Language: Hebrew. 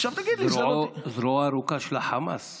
הזרוע הארוכה של החמאס.